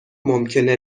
ممکنه